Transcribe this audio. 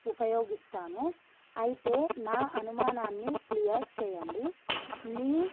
ఉపయోగిస్తాను అయితే నా అనుమానాన్ని క్లియర్ చెయ్యండి మీ